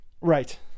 Right